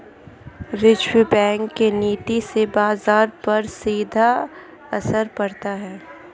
reserve Bank के नीति से बाजार पर सीधा असर पड़ता है